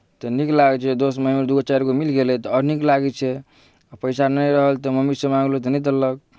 तऽ नीक लागै छै दोस्त महीम दू गो चारि गो मिल गेलै तऽ आओर नीक लागै छै पैसा नहि रहल तऽ मम्मीसँ माङ्गलहुँ तऽ नहि देलक